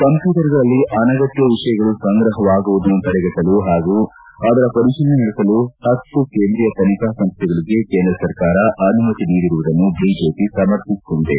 ಕಂಪ್ಲೂಟರ್ಗಳಲ್ಲಿ ಅನಗತ್ನ ವಿಷಯಗಳು ಸಂಗ್ರಹವಾಗುವುದನ್ನು ತಡೆಗಟ್ಟಲು ಹಾಗೂ ಅದರ ಪರಿಶೀಲನೆ ನಡೆಸಲು ಹತ್ತು ಕೇಂದ್ರೀಯ ತನಿಖಾ ಸಂಸ್ಥೆಗಳಿಗೆ ಕೇಂದ್ರ ಸರ್ಕಾರ ಅನುಮತಿ ನೀಡಿರುವುದನ್ನು ಬಿಜೆಪಿ ಸಮರ್ಥಿಸಿಕೊಂಡಿದೆ